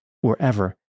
wherever